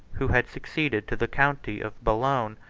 who had succeeded to the county of boulogne,